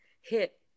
hit